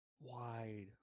wide